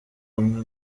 hamwe